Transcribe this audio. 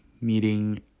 meeting